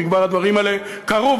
כי כבר הדברים האלה קרו,